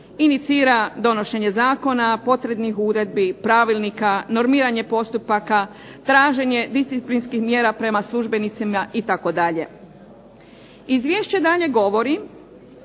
Inicira donošenje zakona, potrebnih uredbi, pravilnika, normiranje postupaka, traženje disciplinskih mjera prema službenicima itd. Izvješće dalje govori